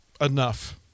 enough